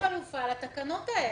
אחרי --- התקנות האלה.